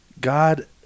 God